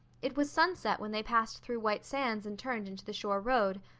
it was sunset when they passed through white sands and turned into the shore road.